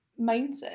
mindset